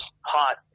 hot